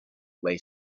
lay